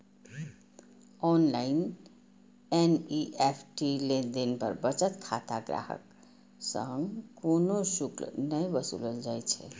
online NEFT लेनदेन पर बचत खाता ग्राहक सं कोनो शुल्क नै वसूलल जाइ छै